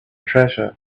treasure